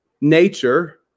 nature